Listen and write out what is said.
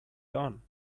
done